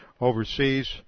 overseas